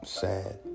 sad